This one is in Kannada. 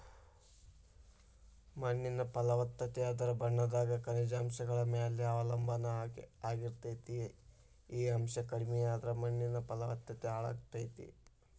ಮಣ್ಣಿನ ಫಲವತ್ತತೆ ಅದರ ಬಣ್ಣದಾಗ ಖನಿಜಾಂಶಗಳ ಮ್ಯಾಲೆ ಅವಲಂಬನಾ ಆಗಿರ್ತೇತಿ, ಈ ಅಂಶ ಕಡಿಮಿಯಾದ್ರ ಮಣ್ಣಿನ ಫಲವತ್ತತೆ ಹಾಳಾಗ್ತೇತಿ